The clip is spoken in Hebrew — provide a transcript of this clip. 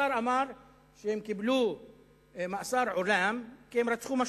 השר אמר שהם קיבלו מאסר עולם כי הם רצחו משת"פ.